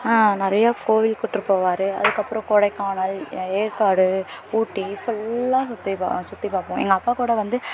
நிறையா கோவிலுக்கு கூட்டு போவார் அதுக்கு அப்புறம் கொடைக்கானல் ஏற்காடு ஊட்டி ஃபுல்லாக சுற்றி பா சுற்றி பார்ப்போம் எங்கள் அப்பா கூட வந்து